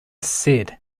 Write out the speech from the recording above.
said